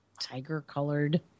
Tiger-colored